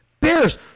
bears